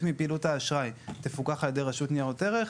מפעילות האשראי תפוקח על ידי רשות ניירות ערך,